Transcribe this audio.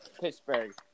Pittsburgh